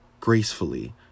gracefully